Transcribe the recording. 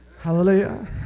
Hallelujah